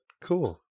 cool